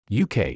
UK